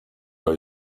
are